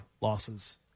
losses